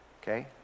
Okay